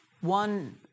one